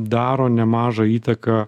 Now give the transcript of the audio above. daro nemažą įtaką